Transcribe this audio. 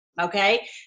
okay